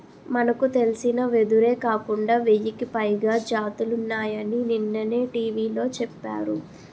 మనకు తెలిసిన వెదురే కాకుండా వెయ్యికి పైగా జాతులున్నాయని నిన్ననే టీ.వి లో చెప్పారు